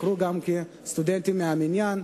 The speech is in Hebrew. יוכרו כסטודנטים מן המניין.